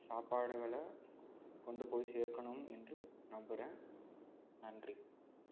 சாப்பாடுகளை கொண்டு போய் சேர்க்கணும் என்று நம்புகிறேன் நன்றி